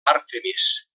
àrtemis